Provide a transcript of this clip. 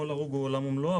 כל הרוג הוא עולם ומלואו,